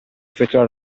effettuare